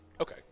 Okay